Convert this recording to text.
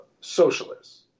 Socialists